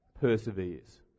Perseveres